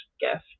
gift